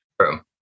True